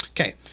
Okay